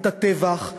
את הטבח,